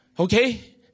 Okay